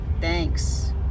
Thanks